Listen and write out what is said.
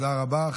תודה רבה.